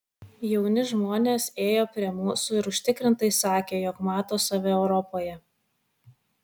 jauni žmonės ėjo prie mūsų ir užtikrintai sakė jog mato save europoje